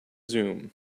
zoom